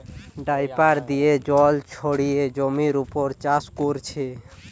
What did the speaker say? dripper দিয়ে জল ছড়িয়ে জমির উপর চাষ কোরছে